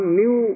new